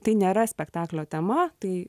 tai nėra spektaklio tema tai